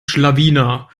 schlawiner